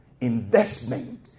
investment